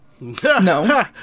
No